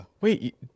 Wait